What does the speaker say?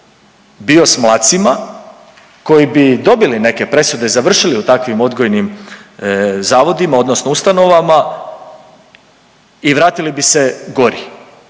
bio s mladcima koji bi dobili neke presude, završili u takvim odgojnim zavodima odnosno ustanovama i vratili bi se gori